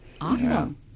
Awesome